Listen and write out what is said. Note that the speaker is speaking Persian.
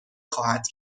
خواهد